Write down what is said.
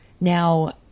Now